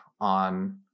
on